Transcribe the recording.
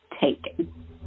taken